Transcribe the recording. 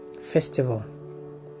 festival